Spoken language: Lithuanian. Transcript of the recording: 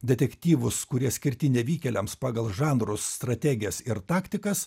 detektyvus kurie skirti nevykėliams pagal žanrus strategijas ir taktikas